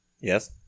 Yes